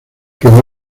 que